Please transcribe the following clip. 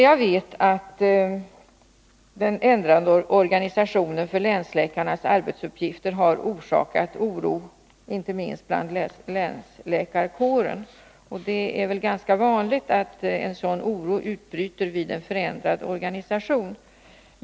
Jag vet att den ändrade organisationen för länsläkarnas arbetsuppgifter har orsakat oro inte minst i länsläkarkåren. Det är väl ganska vanligt att sådan oro uppstår vid förändring i en organisation.